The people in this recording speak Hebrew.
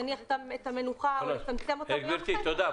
גברתי, תודה.